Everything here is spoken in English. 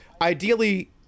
ideally